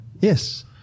Yes